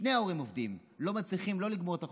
שני ההורים עובדים, לא מצליחים לא לגמור את החודש,